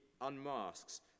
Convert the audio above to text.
unmasks